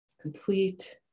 complete